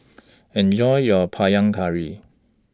Enjoy your Panang Curry